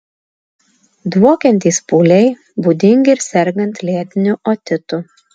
dvokiantys pūliai būdingi ir sergant lėtiniu otitu